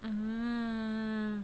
mm